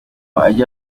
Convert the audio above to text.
ajya